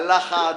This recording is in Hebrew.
בלחץ.